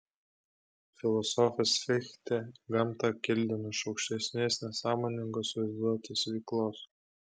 filosofas fichtė gamtą kildino iš aukštesnės nesąmoningos vaizduotės veiklos